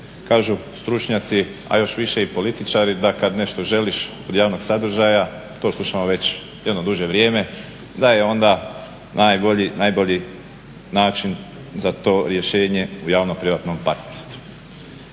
kažu stručnjaci, a još više i političar, da kad nešto želiš od javnog sadržaja, to slušamo već jedno duže vrijeme, da je onda najbolji način za to rješenje o javno-privatnom partnerstvu.